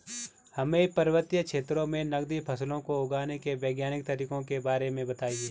हमें पर्वतीय क्षेत्रों में नगदी फसलों को उगाने के वैज्ञानिक तरीकों के बारे में बताइये?